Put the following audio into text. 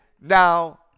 now